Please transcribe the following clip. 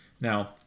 Now